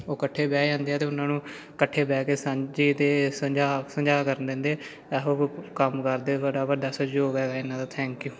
ਉਹ ਇਕੱਠੇ ਬਹਿ ਜਾਂਦੇ ਹੈ ਅਤੇ ਉਨ੍ਹਾਂ ਨੂੰ ਇਕੱਠੇ ਬਹਿ ਕੇ ਸਾਂਝੀ ਅਤੇ ਸੁਝਾਅ ਸੁਝਾਅ ਕਰ ਦਿੰਦੇ ਇਹੋ ਕੰਮ ਕਰਦੇ ਬੜਾ ਵੱਡਾ ਸਹਿਯੋਗ ਹੈਗਾ ਇਨ੍ਹਾਂ ਦਾ ਥੈਂਕ ਯੂ